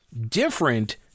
different